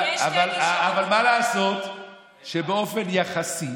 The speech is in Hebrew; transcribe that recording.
אבל מה לעשות שבאופן יחסי,